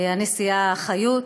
הנשיאה חיות,